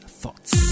thoughts